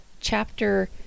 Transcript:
chapter